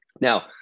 Now